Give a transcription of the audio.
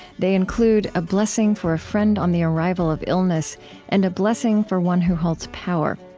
they include a blessing for a friend on the arrival of illness and a blessing for one who holds power.